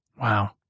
Wow